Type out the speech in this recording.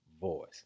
voice